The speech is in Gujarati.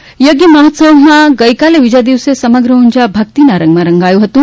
લક્ષચંડી મહાયજ્ઞ મહોત્સવના ગઈકાલે બીજા દિવસે સમગ્ર ઊઝા ભક્તિના રંગમાં રંગાયું હતું